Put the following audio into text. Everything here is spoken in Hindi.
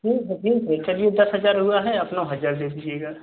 ठीक है ठीक है चलिए दस हज़ार हुआ है आप नौ हज़ार ले लीजिएगा